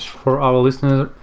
for our listeners,